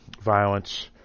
violence